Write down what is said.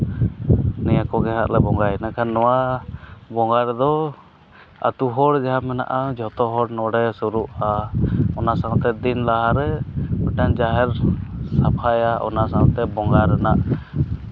ᱱᱤᱭᱟᱹ ᱠᱚᱜᱮ ᱦᱟᱸᱜ ᱞᱮ ᱵᱚᱸᱜᱟᱭᱟ ᱢᱮᱱᱠᱷᱟᱱ ᱱᱚᱣᱟ ᱵᱚᱸᱜᱟ ᱨᱮᱫᱚ ᱟᱹᱛᱩ ᱦᱚᱲ ᱡᱟᱦᱟᱸ ᱢᱮᱱᱟᱜᱼᱟ ᱡᱚᱛᱚ ᱦᱚᱲ ᱱᱚᱰᱮ ᱥᱩᱨᱩᱜᱼᱟ ᱚᱱᱟ ᱥᱟᱶᱛᱮ ᱫᱤᱱ ᱞᱟᱦᱟᱨᱮ ᱢᱤᱫᱴᱟᱱ ᱡᱟᱦᱮᱨ ᱥᱟᱯᱷᱟᱭᱟ ᱚᱱᱟ ᱥᱟᱶᱛᱮ ᱵᱚᱸᱜᱟ ᱨᱮᱱᱟᱜ